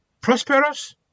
prosperous